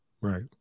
Right